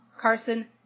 Carson